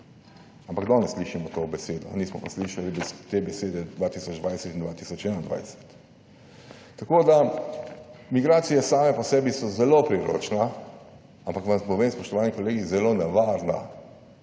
ampak danes slišimo to besedo, nismo pa slišali te besede 2020 in 2021. Tako, da migracije same po sebi so zelo priročna, ampak vam povem, spoštovani kolegi, zelo nevarna